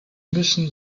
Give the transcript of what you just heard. müssen